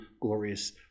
glorious